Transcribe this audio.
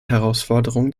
herausforderungen